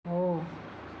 हो